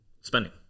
Spending